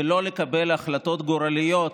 ולא לקבל החלטות גורליות